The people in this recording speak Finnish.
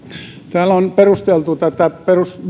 täällä on perusteltu